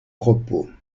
propos